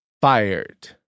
Fired